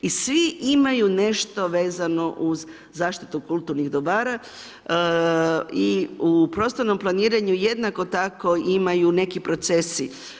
I svi imaju nešto vezano uz zaštitu kulturnih dobara i u prostornom planiranju jednako tako imaju neki procesi.